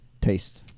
Taste